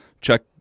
Check